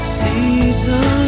season